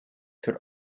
could